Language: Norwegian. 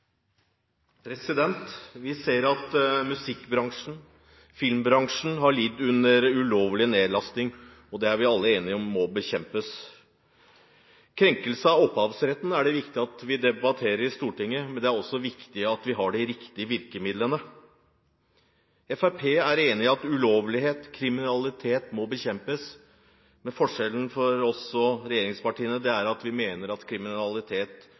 replikkordskifte. Vi ser at musikkbransjen og filmbransjen har lidd under ulovlig nedlasting, og det er vi alle enige om at må bekjempes. Krenkelse av opphavsretten er det viktig at vi debatterer i Stortinget, men det er også viktig at vi har de riktige virkemidlene. Fremskrittspartiet er enig i at ulovlighet og kriminalitet må bekjempes, men forskjellen mellom oss og regjeringspartiene er at vi mener at kriminalitet